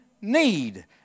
need